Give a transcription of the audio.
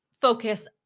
focus